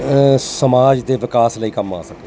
ਸਮਾਜ ਦੇ ਵਿਕਾਸ ਲਈ ਕੰਮ ਆ ਸਕੇ